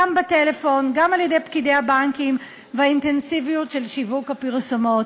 גם בטלפון וגם על-ידי פקידי הבנקים והאינטנסיביות של שיווק הפרסומות.